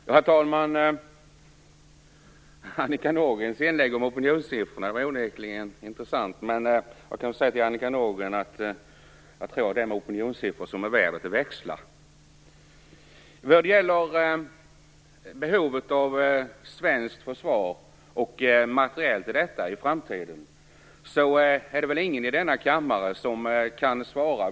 Herr talman! Annika Nordgrens inlägg om opinionssiffrorna var onekligen intressant, men jag kan säga till Annika Nordgren att jag tror att sådana opinionssiffror har en benägenhet att växla. Vad gäller behovet av svenskt försvar och materiel till detta i framtiden är det väl ingen i denna kammare som kan veta.